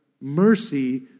Mercy